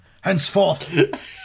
henceforth